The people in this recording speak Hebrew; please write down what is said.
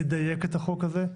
לדייק את החוק הזה,